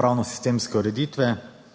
pravnosistemske ureditve